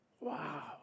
Wow